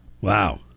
Wow